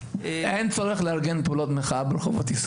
אין צורך לארגן פעולות מחאה ברחובות ישראל.